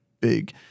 big